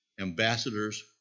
ambassadors